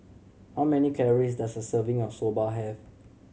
how many calories does a serving of Soba have